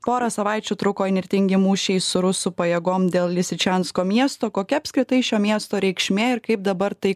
porą savaičių truko įnirtingi mūšiai su rusų pajėgom dėl lisičiansko miesto kokia apskritai šio miesto reikšmė ir kaip dabar tai